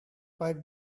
quite